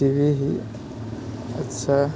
TV ही अच्छा